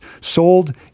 sold